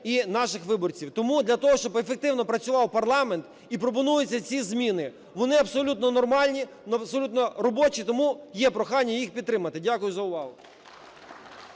і наших виборців. Тому для того, щоби ефективно працював парламент і пропонуються ці зміни. Вони абсолютно нормальні, абсолютно робочі, тому є прохання їх підтримати. Дякую за увагу.